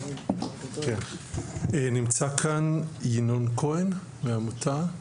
כן, נמצא כאן ינון כהן מהעמותה?